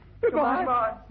Goodbye